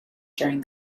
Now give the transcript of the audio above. during